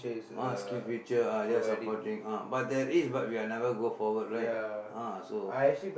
must give picture ah they are supporting ah but there is but we are never go forward right ah so